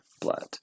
blood